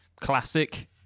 Classic